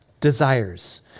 desires